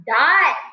die